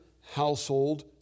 household